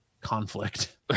conflict